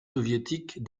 soviétiques